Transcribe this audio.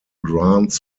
grants